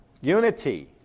unity